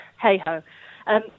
hey-ho